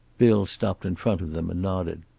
bill stopped in front of them, and nodded.